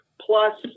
plus